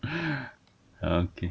okay